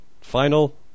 final